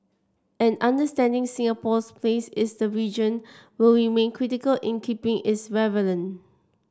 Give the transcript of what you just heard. and understanding Singapore's place is the region will remain critical in keeping its relevant